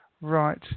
Right